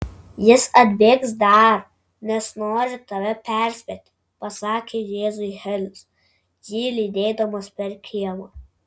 jis atbėgs dar nes nori tave perspėti pasakė jėzui helis jį lydėdamas per kiemą